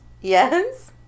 Yes